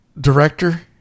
director